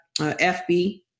FB